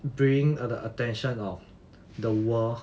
bringing the attention of the world